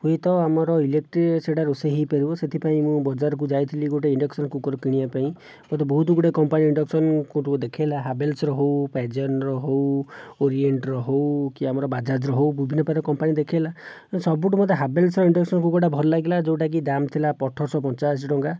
ହୁଏତ ଆମର ଇଲେକଟ୍ରିରେ ସେଇଟା ରୋଷେଇ ହୋଇ ପାରିବ ସେଥିପାଇଁ ମୁଁ ବଜାରକୁ ଯାଇଥିଲି ଗୋଟିଏ ଇଣ୍ଡକ୍ସନ କୁକର କିଣିବା ପାଇଁ ମୋତେ ବହୁତ ଗୁଡ଼ିଏ କମ୍ପାନୀ ଇଣ୍ଡକ୍ସନ କୁକର ଦେଖାଇଲା ହାଭେଲ୍ସ୍ର ହେଉ ପ୍ୟାଜିଅନର ହେଉ ଓରିଏଣ୍ଟର ହେଉ କି ଆମର ବାଜାଜର ହେଉ ବିଭିନ୍ନ ପ୍ରକାର କମ୍ପାନୀ ଦେଖୋଇଲା ସବୁଠୁ ମୋତେ ହାଭେଲ୍ସ୍ର ଇଣ୍ଡକ୍ସନ କୁକରଟା ଭଲ ଲାଗିଲା ଯେଉଁଟାକି ଦାମ ଥିଲା ଅଠରଶହ ପଞ୍ଚାଅଶୀ ଟଙ୍କା